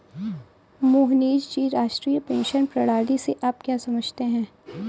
मोहनीश जी, राष्ट्रीय पेंशन प्रणाली से आप क्या समझते है?